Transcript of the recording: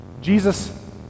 Jesus